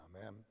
Amen